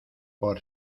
por